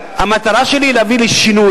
המטרה שלי היא להביא לשינוי.